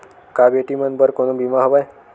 का बेटी मन बर कोनो बीमा हवय?